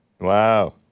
Wow